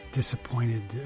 disappointed